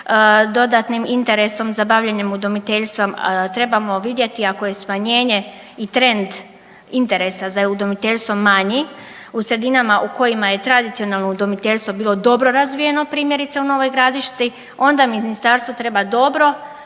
dodatnim interesom za bavljenje udomiteljstvom, trebamo vidjeti ako je smanjenje i trend interesa za udomiteljstvo manji u sredinama u kojima je tradicionalno udomiteljstvo bilo dobro razvijeno, primjerice, u Novoj Gradišci, onda Ministarstvo treba dobro proanalizirati